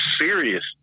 serious